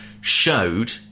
showed